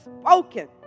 spoken